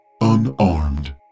unarmed